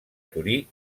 torí